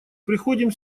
приходим